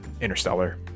Interstellar